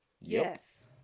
Yes